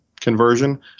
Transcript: conversion